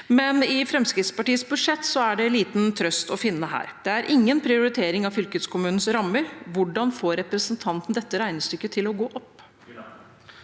men i Fremskrittspartiets budsjett er det liten trøst å finne. Det er ingen prioritering av fylkeskommunens rammer. Hvordan får representanten dette regnestykket til å gå opp?